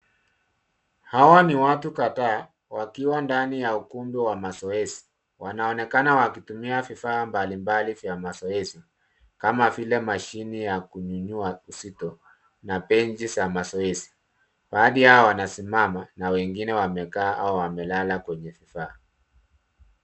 Hawa ni watu kadhaa wakiwa ndani ya ukumbi wa mazoezi. Wanaonekana wakitumia vifaa mbalimbali vya mazoezi, kama vile mashine ya kunyunyua uzito na benchi za mazoezi. Baadhi yao wanasimama na wengine wamekaa au wamelala kwenye vifaa.